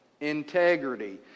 integrity